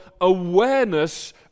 awareness